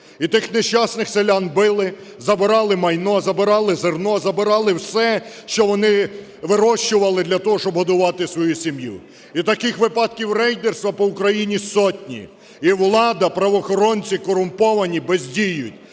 І тих нещасних селян били, забирали майно, забирали зерно, забирали все, що вони вирощували для того, щоб годувати свою сім'ю. І таких випадків рейдерства по Україні сотні. І влада, правоохоронці корумповані бездіють,